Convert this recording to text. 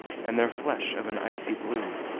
and their flesh of an icy blue,